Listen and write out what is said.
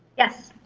yes.